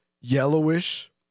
yellowish